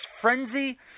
Frenzy